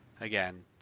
again